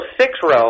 six-row